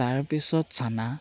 তাৰপিছত চানা